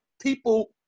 people